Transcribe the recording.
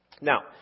Now